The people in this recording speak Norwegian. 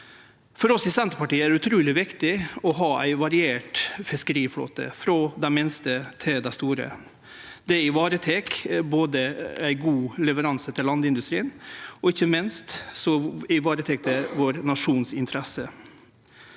For oss i Senterpartiet er det utruleg viktig å ha ei variert fiskeriflåte, frå dei minste til dei store. Det ivaretek ei god leveranse til landindustrien og ikkje minst ivaretek det interessene